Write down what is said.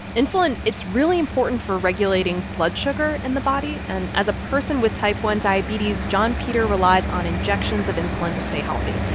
insulin, it's really important for regulating blood sugar in the body. and as a person with type one diabetes, johnpeter relies on injections of insulin to stay healthy.